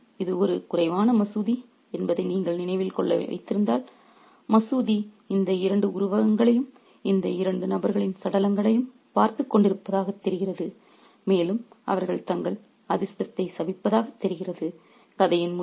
சிதைந்த மசூதி இது ஒரு குறைவான மசூதி என்பதை நீங்கள் நினைவில் வைத்திருந்தால் மசூதி இந்த இரண்டு உருவங்களையும் இந்த இரண்டு நபர்களின் சடலங்களையும் பார்த்துக் கொண்டிருப்பதாகத் தெரிகிறது மேலும் அவர்கள் தங்கள் அதிர்ஷ்டத்தை சபிப்பதாகத் தெரிகிறது